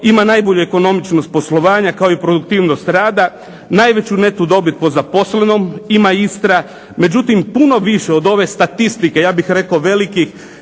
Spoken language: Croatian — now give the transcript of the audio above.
ima najbolju ekonomičnost poslovanja, kao i produktivnost rada, najveću neto dobit po zaposlenom ima Istru. Međutim, puno više od ove statistike ja bih rekao velikih